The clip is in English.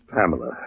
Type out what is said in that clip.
Pamela